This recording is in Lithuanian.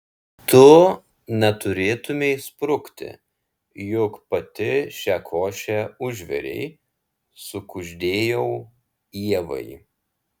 tu neturėtumei sprukti juk pati šią košę užvirei sukuždėjau ievai